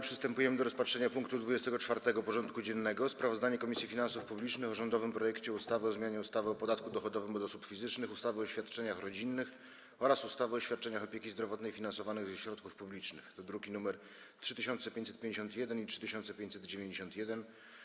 Przystępujemy do rozpatrzenia punktu 24. porządku dziennego: Sprawozdanie Komisji Finansów Publicznych o rządowym projekcie ustawy o zmianie ustawy o podatku dochodowym od osób fizycznych, ustawy o świadczeniach rodzinnych oraz ustawy o świadczeniach opieki zdrowotnej finansowanych ze środków publicznych (druki nr 3551 i 3591)